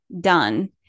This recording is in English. done